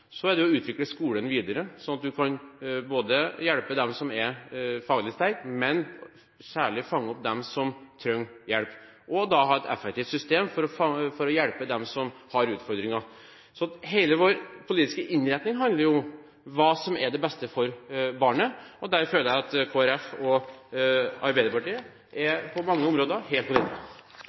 Så må vi utvikle skolen videre, slik at vi både kan hjelpe dem som er faglig sterke, og særlig fange opp dem som trenger hjelp – og da ha et effektivt system for å hjelpe dem som tar utfordringer. Hele vår politiske innretning handler jo om hva som er det beste for barnet, og der føler jeg at Kristelig Folkeparti og Arbeiderpartiet på mange områder er helt på